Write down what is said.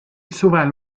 suvel